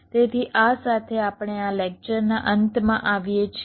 તેથી આ સાથે આપણે આ લેક્ચરના અંતમાં આવીએ છીએ